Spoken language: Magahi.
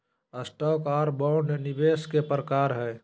स्टॉक आर बांड निवेश के प्रकार हय